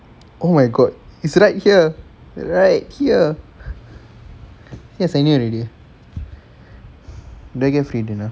oh my god it's right here right here I send you already do I get free dinner